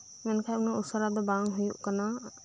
ᱢᱮᱱᱠᱷᱟᱡ ᱩᱱᱟᱹᱜ ᱩᱥᱟᱹᱨᱟ ᱫᱚ ᱵᱟᱝ ᱦᱩᱭᱩᱜ ᱠᱟᱱᱟ